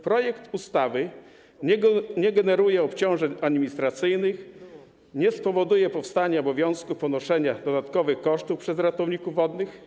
Projekt ustawy nie generuje obciążeń administracyjnych, nie spowoduje powstania obowiązku ponoszenia dodatkowych kosztów przez ratowników wodnych.